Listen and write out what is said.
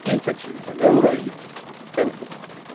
ٹھیک سر ٹھیک ہے ضرور آئیے تھینک یو